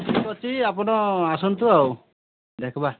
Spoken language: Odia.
ଠିକ୍ ଅଛି ଆପନ ଆସନ୍ତୁ ଆଉ ଦେଖ୍ବା